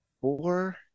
four